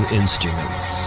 instruments